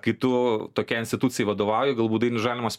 kai tu tokiai institucijai vadovauji galbūt dainius žalimas